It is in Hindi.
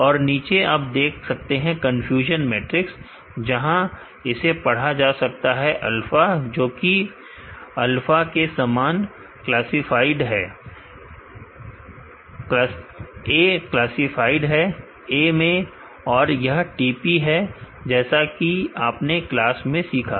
और नीचे आप देख सकते हैं कन्फ्यूजन मैट्रिक्स जहां इसे पढ़ा जा सकता है अल्फा ज्योति अल्फा के समान क्लासफाइड है a क्लासफाइड है ए में और यह TP है जैसा कि आपने क्लास में सीखा